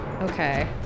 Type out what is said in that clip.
Okay